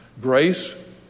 Grace